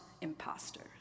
imposters